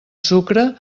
sucre